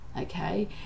Okay